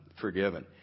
forgiven